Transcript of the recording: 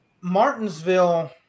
Martinsville